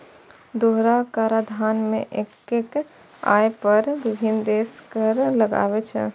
दोहरा कराधान मे एक्के आय पर विभिन्न देश कर लगाबै छै